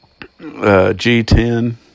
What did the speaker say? G10